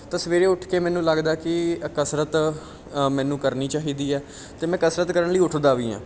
ਤਾਂ ਸਵੇਰੇ ਉੱਠ ਕੇ ਮੈਨੂੰ ਲੱਗਦਾ ਕਿ ਅ ਕਸਰਤ ਅ ਮੈਨੂੰ ਕਰਨੀ ਚਾਹੀਦੀ ਹੈ ਅਤੇ ਮੈਂ ਕਸਰਤ ਕਰਨ ਲਈ ਉੱਠਦਾ ਵੀ ਹਾਂ